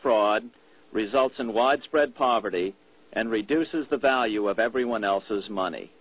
fraud results in widespread poverty and reduces the value of everyone else's money